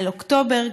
על אוקטובר,